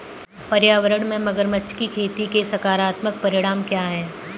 पर्यावरण में मगरमच्छ की खेती के सकारात्मक परिणाम क्या हैं?